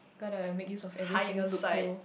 gotta make use of every single loophole